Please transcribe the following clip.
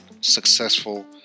successful